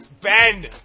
Ben